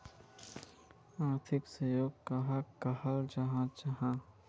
आर्थिक सहयोग कहाक कहाल जाहा जाहा?